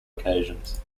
occasions